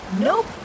Nope